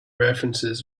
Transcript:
references